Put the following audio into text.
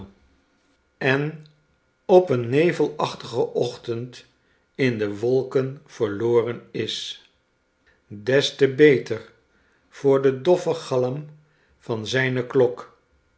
en op een nevelachtigen ochtend in de wolken verloren is des te beter voor den doffen galm van zijne klok